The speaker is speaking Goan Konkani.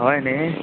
हय नी